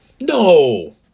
No